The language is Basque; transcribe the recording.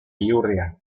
bihurrian